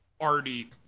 arty